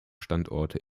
standorte